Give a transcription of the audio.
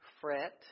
Fret